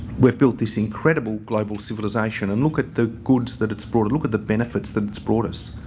we've built this incredible global civilisation and look at the goods that it's brought. look at the benefits that it's brought us.